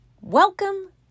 Welcome